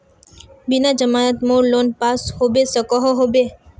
बिना जमानत मोर लोन पास होबे सकोहो होबे?